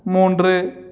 மூன்று